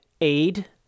aid